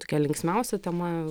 tokia linksmiausia tema